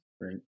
Right